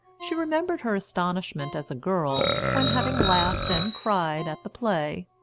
she remembered her astonishment as a girl when, having laughed and cried at the play,